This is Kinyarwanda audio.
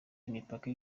imipaka